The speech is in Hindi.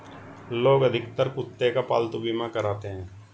लोग अधिकतर कुत्ते का पालतू बीमा कराते हैं